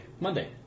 Monday